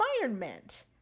environment